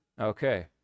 okay